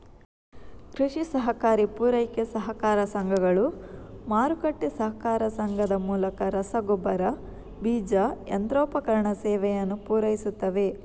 ಕೃಷಿ ಸಹಕಾರಿ ಪೂರೈಕೆ ಸಹಕಾರ ಸಂಘಗಳು, ಮಾರುಕಟ್ಟೆ ಸಹಕಾರ ಸಂಘದ ಮೂಲಕ ರಸಗೊಬ್ಬರ, ಬೀಜ, ಯಂತ್ರೋಪಕರಣ ಸೇವೆಯನ್ನು ಪೂರೈಸುತ್ತವೆ